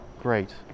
Great